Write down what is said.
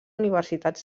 universitats